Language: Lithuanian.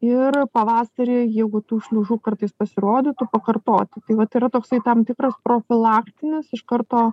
ir pavasarį jeigu tų šliužų kartais pasirodytų pakartoti tai vat yra toksai tam tikras profilaktinis iš karto